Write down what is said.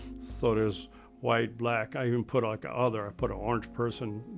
so there's white, black. i even put like other, ah put an orange person,